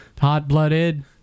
Hot-blooded